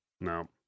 No